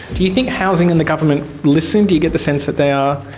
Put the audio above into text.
do you think housing and the government listen? do you get the sense that they are,